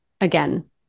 again